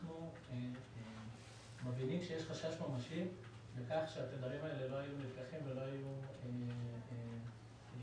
אנחנו מבינים שיש חשש ממשי לכך שהתדרים האלה לא היו מבצעים בהם את